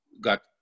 Got